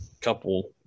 couple